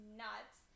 nuts